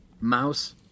Mouse